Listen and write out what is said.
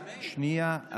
שנייה.